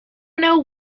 know